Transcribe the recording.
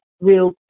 real